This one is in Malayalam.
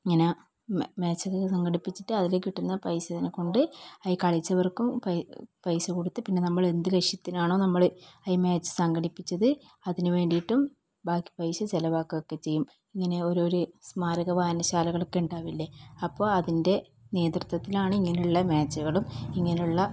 ഇങ്ങനെ മേ മേച്ചൊക്കെ സംഘടിപ്പിച്ചിട്ട് അതിലു കിട്ടുന്ന പൈസയെ കൊണ്ട് അതിൽ കളിച്ചവർക്കും പൈ പൈസ കൊടുത്ത് പിന്നെ നമ്മളെന്ത് ലക്ഷ്യത്തിനാണോ നമ്മൾ ഈ മേച്ച് സംഘടിപ്പിച്ചത് അതിന് വേണ്ടീട്ടും ബാക്കി പൈസ ചെലവാക്കുവൊക്കെ ചെയ്യും ഇങ്ങനെ ഓരോരു സ്മാരക വായനശാലകളക്കെ ഉണ്ടാവില്ലേ അപ്പോൾ അതിൻ്റെ നേതൃത്വത്തിലാണ് ഇങ്ങനെയുള്ള മേച്ചുകളും ഇങ്ങനെയുള്ള